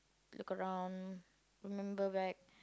look around remember back